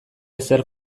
ezer